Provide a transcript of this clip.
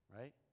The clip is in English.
Right